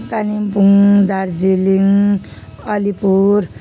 Kalimpong Darjeeling Alipur